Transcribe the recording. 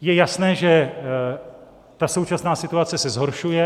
Je jasné, že se současná situace zhoršuje.